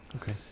Okay